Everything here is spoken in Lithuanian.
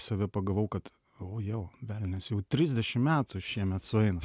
save pagavau kad o jau velnias jau trisdešimt metų šiemet sueina